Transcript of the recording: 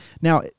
Now